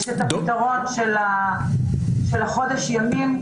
יש את הפתרון של חודש הימים.